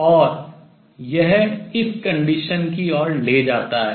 और यह इस condition शर्त की ओर ले जाता है